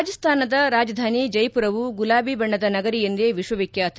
ರಾಜಸ್ತಾನದ ರಾಜಧಾನಿ ಜೈಮರವು ಗುಲಾಬಿ ಬಣ್ಣದ ನಗರಿ ಎಂದೇ ವಿಶ್ವ ವಿಖ್ಕಾತ